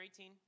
18